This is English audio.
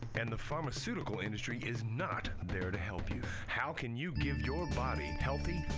and the pharmaceutical industry is not there to help you. how can you give your body healthy,